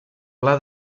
pla